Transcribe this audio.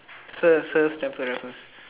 sir sir Stamford Raffles